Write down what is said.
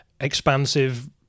expansive